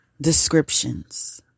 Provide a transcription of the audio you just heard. Descriptions